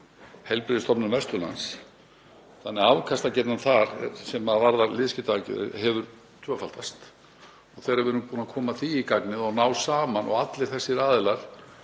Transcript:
Heilbrigðisstofnun Vesturlands, þannig að afkastagetan þar sem varðar liðskiptaaðgerðir hefur tvöfaldast. Þegar við erum búin að koma því í gagnið, ná saman og allir þessir aðilar